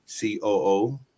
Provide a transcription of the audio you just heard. COO